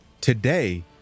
Today